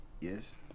Yes